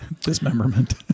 Dismemberment